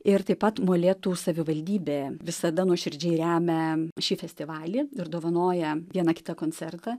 ir taip pat molėtų savivaldybė visada nuoširdžiai remia šį festivalį ir dovanoja vieną kitą koncertą